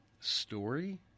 story